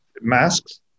masks